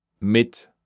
mit